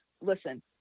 Listen